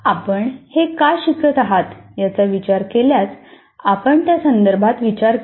आपण हे का शिकत आहात याचा विचार केल्यास आपण त्यासंदर्भात विचार करा